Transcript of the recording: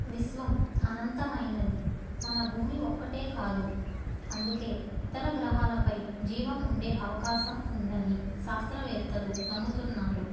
విశ్వం అనంతమైనది మన భూమి ఒక్కటే కాదు అందుకే ఇతర గ్రహాలపై జీవం ఉండే అవకాశం ఉందని శాస్త్రవేత్తలు నమ్ముతున్నారు